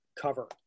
cover